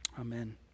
Amen